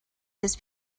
his